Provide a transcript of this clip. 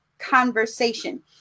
Conversation